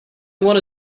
want